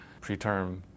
preterm